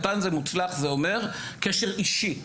זה אומר קשר אישי;